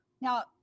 now